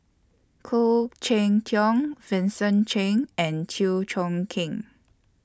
Khoo Cheng Tiong Vincent Cheng and Chew Chong Keng